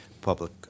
public